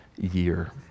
year